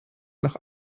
nach